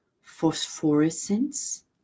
phosphorescence